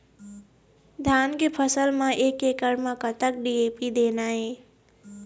धान के फसल म एक एकड़ म कतक डी.ए.पी देना ये?